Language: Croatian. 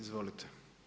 Izvolite.